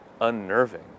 unnerving